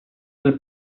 del